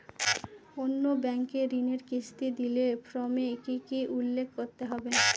অন্য ব্যাঙ্কে ঋণের কিস্তি দিলে ফর্মে কি কী উল্লেখ করতে হবে?